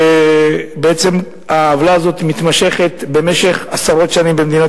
כשבעצם העוולה הזאת מתמשכת עשרות שנים במדינת